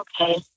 okay